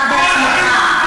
אתה בעצמך.